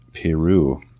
Peru